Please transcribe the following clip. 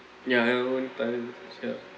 ya at our own times